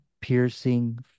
piercing